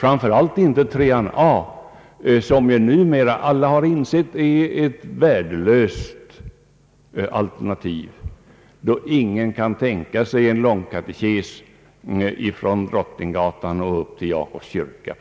Framför allt gäller denna uppfattning alternativ 3 a, som väl alla har insett är värdelöst, eftersom ingen kan tänka sig en »långkatekes» praktiskt taget från Drottninggatan till Jakobs kyrka.